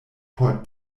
por